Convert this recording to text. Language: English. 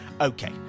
Okay